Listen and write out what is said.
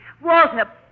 Walter